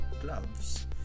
gloves